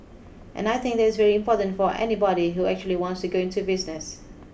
and I think that is very important for anybody who actually wants to go into business